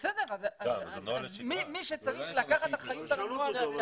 בסדר, אז מישהו צריך לקחת אחריות על הנוהל.